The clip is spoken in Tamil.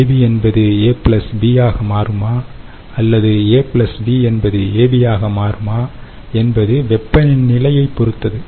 AB என்பது A B ஆக மாறுமா அல்லது A B என்பது AB ஆக மாறுமா என்பது வெப்பநிலையை பொறுத்தது